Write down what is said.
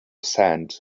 sand